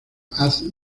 haz